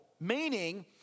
Meaning